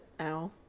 ow